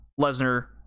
Lesnar